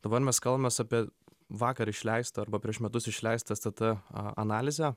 dabar mes kalbamės apie vakar išleistą arba prieš metus išleistą stt analizę